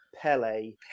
pele